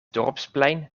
dorpsplein